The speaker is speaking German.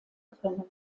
können